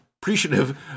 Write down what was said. Appreciative